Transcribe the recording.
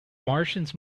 martians